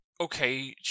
okay